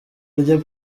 rye